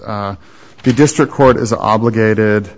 the district court is obligated